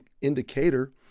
indicator